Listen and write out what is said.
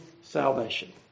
salvation